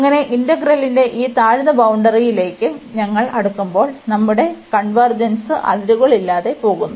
അങ്ങനെ ഇന്റഗ്രലിന്റെ ഈ താഴ്ന്ന ബൌണ്ടറിയിലേക്ക് ഞങ്ങൾ അടുക്കുമ്പോൾ നമ്മുടെ സംയോജനം അതിരുകളില്ലാതെ പോകുന്നു